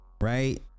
Right